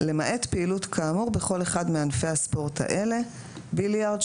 למעט פעילות כאמור בכל אחד מענפי הספורט האלה: ביליארד,